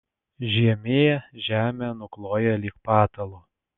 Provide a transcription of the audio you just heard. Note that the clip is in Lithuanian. žiemė žemę nukloja lyg patalu